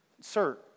sir